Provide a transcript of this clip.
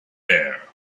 there